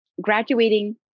graduating